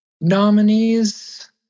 nominees